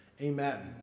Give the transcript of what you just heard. Amen